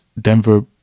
Denver